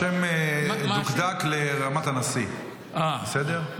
השם דוקדק לרמת הנשיא, בסדר?